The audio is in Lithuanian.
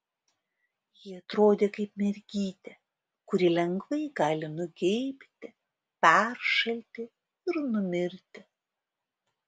ji atrodė kaip mergytė kuri lengvai gali nugeibti peršalti ir numirti